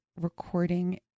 recording